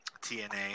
TNA